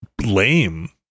lame